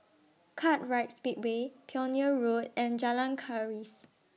Kartright Speedway Pioneer Road and Jalan Keris